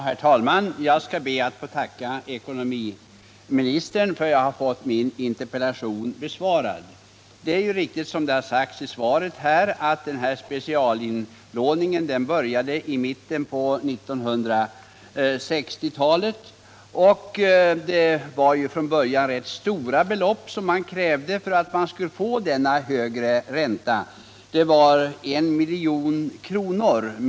Herr talman! Jag skall be att få tacka ekonomiministern för att jag har fått min interpellation besvarad. Det är ju riktigt, som det har sagts i svaret, att specialinlåningen började i mitten av 1960-talet. Det var till att börja med rätt stora belopp som krävdes för att man skulle få denna högre ränta — minimum 1 milj.kr.